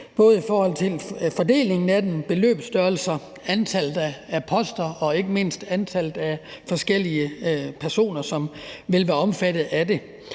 både hvad angår fordelingen af dem, beløbsstørrelser, antallet af poster og ikke mindst antallet af forskellige personer, som vil være omfattet af det.